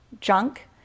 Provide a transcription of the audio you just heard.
junk